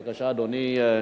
בבקשה, אדוני,